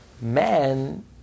man